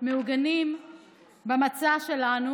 מעוגנים במצע שלנו,